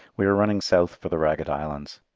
we are running south for the ragged islands.